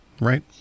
Right